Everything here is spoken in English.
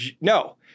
no